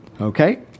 Okay